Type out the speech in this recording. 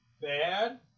bad